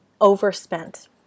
overspent